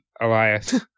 Elias